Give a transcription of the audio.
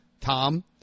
Tom